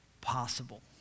possible